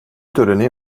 töreni